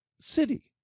city